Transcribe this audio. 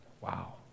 wow